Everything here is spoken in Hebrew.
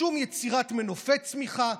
שום יצירת מנופי צמיחה,